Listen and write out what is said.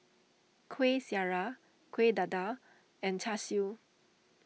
Kuih Syara Kuih Dadar and Char Siu